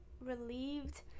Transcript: relieved